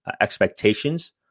expectations